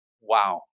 Wow